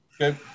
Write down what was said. Okay